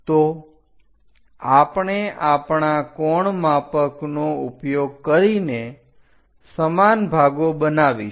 તો આપણે આપણાં કોણમાપક નો ઉપયોગ કરીને 12 સમાન ભાગો બનાવીશું